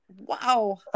Wow